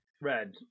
Red